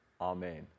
Amen